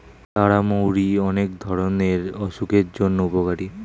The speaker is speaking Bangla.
তারা মৌরি অনেক ধরণের অসুখের জন্য উপকারী